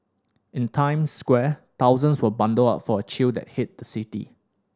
in Times Square thousands were bundled up for a chill that hit the city